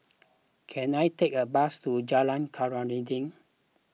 can I take a bus to Jalan Khairuddin